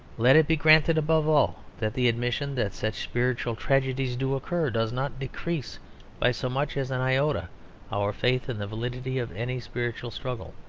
let it be granted, above all, that the admission that such spiritual tragedies do occur does not decrease by so much as an iota our faith in the validity of any spiritual struggle.